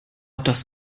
das